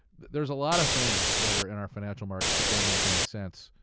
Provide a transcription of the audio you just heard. there's a lot of things that are in our financial markets that don't make any sense.